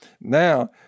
Now